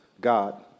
God